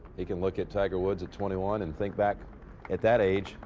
he can look at tiger woods at twenty one and think back at that age,